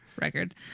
record